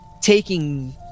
taking